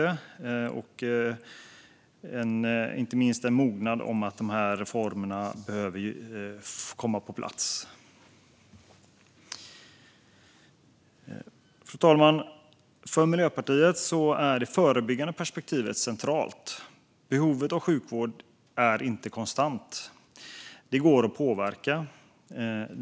Det finns inte minst en mognad om att reformerna behöver komma på plats. Fru talman! För Miljöpartiet är det förebyggande perspektivet centralt. Behovet av sjukvård är inte konstant. Det går att påverka.